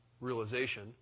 realization